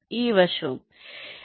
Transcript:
ഇവയെല്ലാം ചാനലുകളാണ്